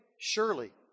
surely